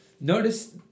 notice